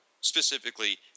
specifically